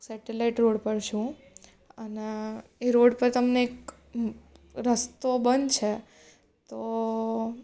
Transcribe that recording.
satellite road પર છું અને એ રોડ પર તમને એક રસ્તો બંધ છે તો